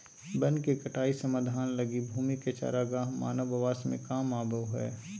वन के कटाई समाधान लगी भूमि के चरागाह मानव आवास में काम आबो हइ